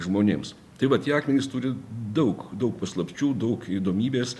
žmonėms tai va tie akmenys turi daug daug paslapčių daug įdomybės